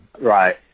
Right